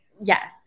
Yes